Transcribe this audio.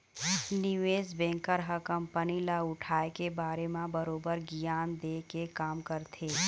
निवेस बेंकर ह कंपनी ल उठाय के बारे म बरोबर गियान देय के काम करथे